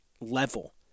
level